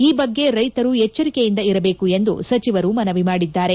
ಈ ಬಗ್ಗೆ ರೈತರು ಎಚ್ಚರಿಕೆಯಿಂದ ಇರಬೇಕು ಎಂದು ಸಚಿವರು ಮನವಿ ಮಾಡಿದ್ದಾರೆ